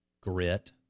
grit